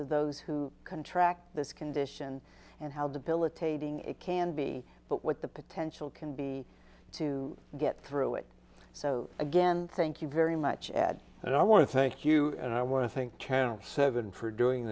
of those who contract this condition and how the villa tating it can be but what the potential can be to get through it so again thank you very much ed and i want to thank you and i want to think turner said and for doing